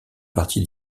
parti